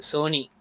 Sony